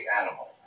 animal